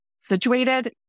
situated